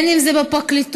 אם זה בפרקליטות,